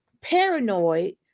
paranoid